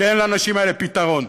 שאין לאנשים האלה פתרון,